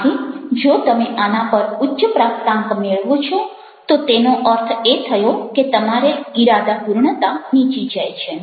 આથી જો તમે આના પર ઉચ્ચ પ્રાપ્તાંક મેળવો છો તેનો અર્થ એ થયો છે કે તમારી ઇરાદાપૂર્ણતા નીચી જાય છે